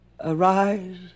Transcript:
Arise